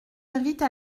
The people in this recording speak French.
invite